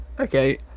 okay